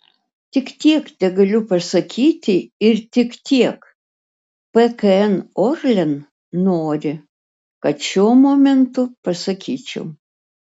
tik tiek tegaliu pasakyti ir tik tiek pkn orlen nori kad šiuo momentu pasakyčiau